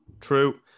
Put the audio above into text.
true